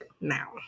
now